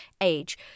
age